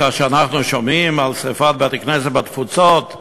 כאשר אנחנו שומעים על שרפת בתי-כנסת בתפוצות,